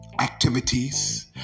Activities